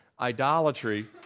idolatry